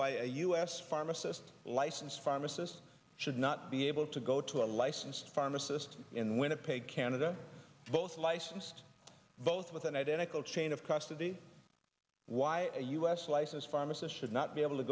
s pharmacist license pharmacist should not be able to go to a licensed pharmacist in winnipeg canada both licensed both with an identical chain of custody why a u s license pharmacist should not be able to